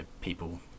people